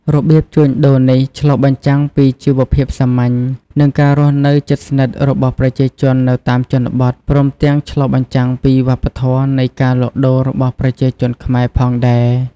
របៀបជួញដូរនេះឆ្លុះបញ្ចាំងពីជីវភាពសាមញ្ញ និងការរស់នៅជិតស្និទ្ធរបស់ប្រជាជននៅតាមជនបទ ព្រមទាំងឆ្លុះបញ្ចាំងពីវប្បធម៏នៃការលក់ដូររបស់ប្រជាជនខ្មែរផងដែរ។